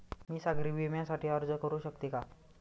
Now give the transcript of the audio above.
मी सागरी विम्यासाठी अर्ज करू शकते का?